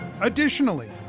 Additionally